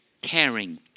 caring